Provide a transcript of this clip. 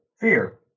Fear